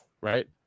right